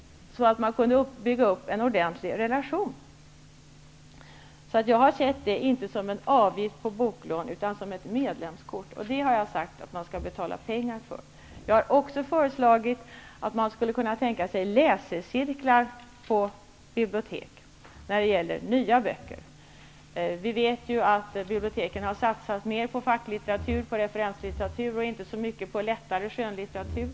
Då skulle man kunna bygga upp en ordentlig relation. Jag har alltså sett detta, inte som en avgift på boklån, utan som ett medlemskort. Och jag har sagt att man skall betala pengar för detta medlemskort. Jag har även föreslagit att man skulle kunna tänka sig läsecirklar på biblioteken när det gäller nya böcker. Vi vet ju att biblioteken har satsat mer på facklitteratur och referenslitteratur och inte så mycket på lättare skönlitteratur.